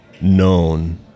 known